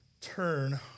turn